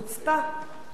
הוא, לא חוצפה, הוא הלך.